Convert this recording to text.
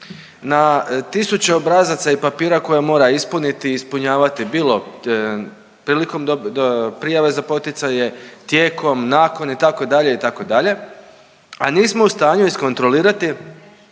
na tisuće obrazaca i papira koje mora ispuniti i ispunjavati bilo, prilikom prijave za poticanje, tijekom, nakon itd., itd., a nismo u stanju iskontrolirati